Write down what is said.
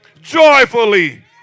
Joyfully